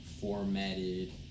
formatted